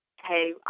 Hey